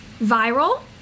viral